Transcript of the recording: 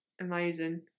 Amazing